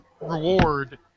reward